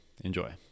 Enjoy